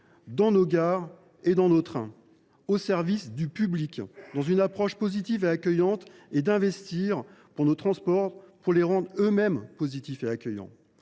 dans nos gares et nos trains, au service du public, dans une approche positive et accueillante, et d’investir pour nos transports afin de les rendre eux aussi positifs et accueillants.